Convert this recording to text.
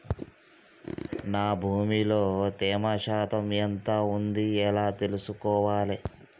నా భూమి లో తేమ శాతం ఎంత ఉంది ఎలా తెలుసుకోవాలే?